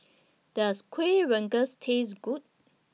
Does Kuih Rengas Taste Good